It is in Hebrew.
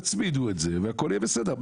תצמידו את זה והכל יהיה בסדר.